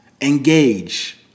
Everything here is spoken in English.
Engage